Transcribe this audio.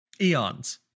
eons